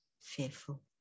fearful